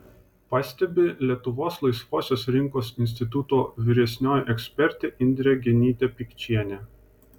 pastebi lietuvos laisvosios rinkos instituto vyresnioji ekspertė indrė genytė pikčienė